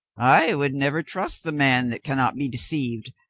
i would never trust the man that can not be de ceived,